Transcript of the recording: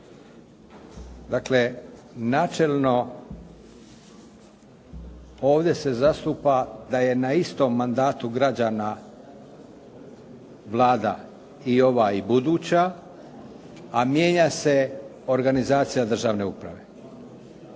Dakle, načelno ovdje se zastupa da je na istom mandatu građana Vlada i ova i buduća, a mijenja se organizacija državne uprave.